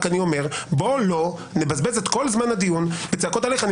רק אני אומר: בואו לא נבזבז את כל זמן הדיון בצעקות --- אני